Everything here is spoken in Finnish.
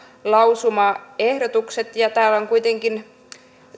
lausumaehdotukset täällä on kuitenkin